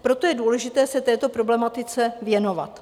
Proto je důležité se této problematice věnovat.